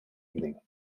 evening